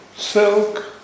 Silk